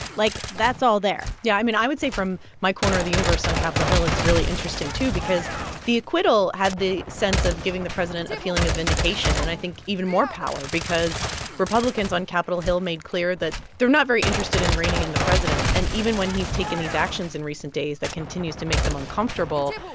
like, that's all there yeah. i mean, i would say from my corner of the universe on capitol hill, it's really interesting, too, because the acquittal had the sense of giving the president a feeling of vindication and, i think, even more power because republicans on capitol hill made clear that they're not very interested in reining in the president. and even when he's taken these actions in recent days that continues to make them uncomfortable,